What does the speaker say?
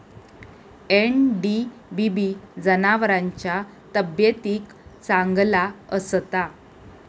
NDBB जनावरांच्या तब्येतीक चांगला असता